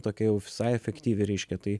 tokia jau visai efektyvi reiškia tai